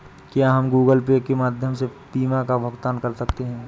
क्या हम Google Pay के माध्यम से बीमा का भुगतान कर सकते हैं?